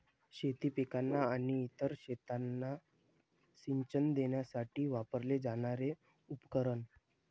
शेती पिकांना आणि इतर शेतांना सिंचन देण्यासाठी वापरले जाणारे उपकरण